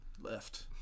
left